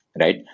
right